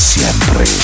Siempre